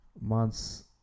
months